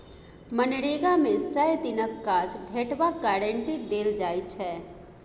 मनरेगा मे सय दिनक काज भेटबाक गारंटी देल जाइ छै